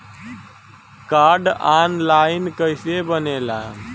Card online कइसे बनेला?